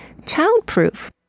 childproof